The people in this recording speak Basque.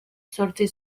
zortzi